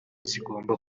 zigomba